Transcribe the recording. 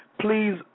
please